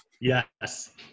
yes